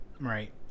Right